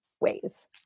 ways